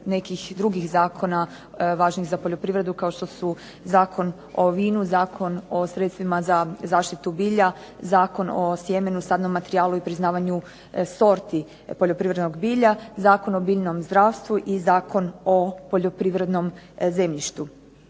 nekih drugih zakona važnih za poljoprivredu, kao što su Zakon o vinu, Zakon o sredstvima za zaštitu bilja, Zakon o sjemenu, sadnom materijalu i priznavanju sorti poljoprivrednog bilja, Zakon o biljnom zdravstvu i Zakon o poljoprivrednom zemljištu.